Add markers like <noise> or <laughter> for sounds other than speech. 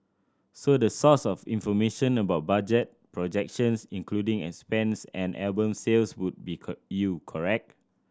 so the source of information about budget projections including expense and album sales would be <unintelligible> you correct